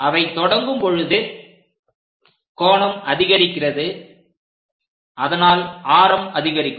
அவை தொடங்கும் பொழுது கோணம் அதிகரிக்கிறது அதனால் ஆரம் அதிகரிக்கும்